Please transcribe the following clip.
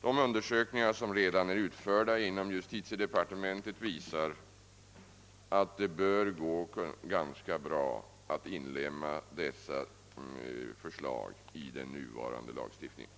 De undersökningar som redan är utförda inom justitiedepartementet visar att det bör gå ganska bra att inlemma dessa förslag i den nuvarande lagstiftningen.